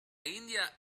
india